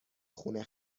خونه